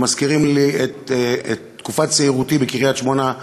שמזכירים לי את תקופת צעירותי בקריית-שמונה,